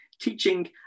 teaching